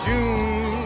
June